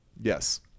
yes